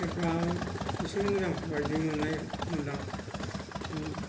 मा इसे मोजां बायदि मोननाय मोन्दां